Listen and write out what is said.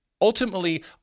ultimately